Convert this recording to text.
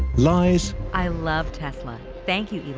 lies i love tesla. thank you,